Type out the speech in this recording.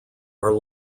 are